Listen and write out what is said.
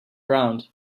around